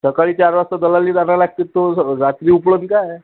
सकाळी चार वाजता दलालीत आणायला लागतं तो सगळं रात्री उपळंल काय